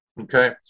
okay